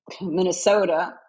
Minnesota